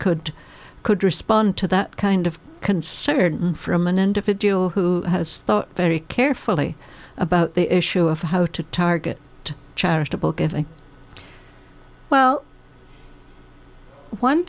could could respond to that kind of concern from an individual who has thought very carefully about the issue of how to target charitable giving well one